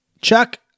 Chuck